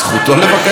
מה את רוצה שאני אעשה?